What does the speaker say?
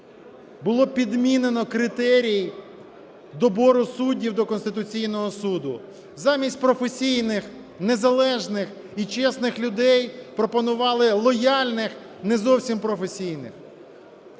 було підмінено критерій добору суддів до Конституційного Суду. Замість професійних незалежних і чесних людей пропонували лояльних, не зовсім професійних.